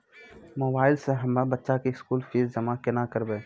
Mobile से हम्मय बच्चा के स्कूल फीस जमा केना करबै?